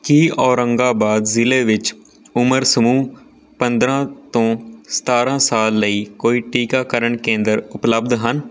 ਕੀ ਔਰੰਗਾਬਾਦ ਜ਼ਿਲ੍ਹੇ ਵਿੱਚ ਉਮਰ ਸਮੂਹ ਪੰਦਰਾਂ ਤੋਂ ਸਤਾਰਾਂ ਸਾਲ ਲਈ ਕੋਈ ਟੀਕਾਕਰਨ ਕੇਂਦਰ ਉਪਲਬਧ ਹਨ